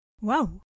Wow